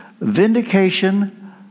vindication